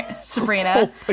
Sabrina